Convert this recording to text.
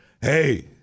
hey